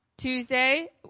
Tuesday